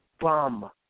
bum